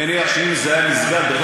אני מניח שאם זה היה מסגד, לא,